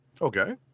Okay